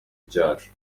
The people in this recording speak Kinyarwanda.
cyacu